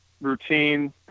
routine